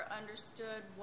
understood